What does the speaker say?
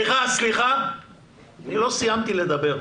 סליחה, אני לא סיימתי לדבר.